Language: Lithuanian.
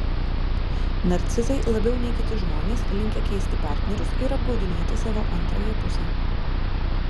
narcizai labiau nei kiti žmonės linkę keisti partnerius ir apgaudinėti savo antrąją pusę